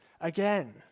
again